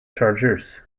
chargers